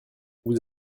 vous